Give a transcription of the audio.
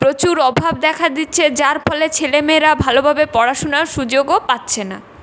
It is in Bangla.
প্রচুর অভাব দেখা দিচ্ছে যার ফলে ছেলে মেয়েরা ভালোভাবে পড়াশোনার সুযোগও পাচ্ছে না